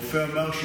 לו את המפתחות.